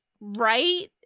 right